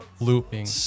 looping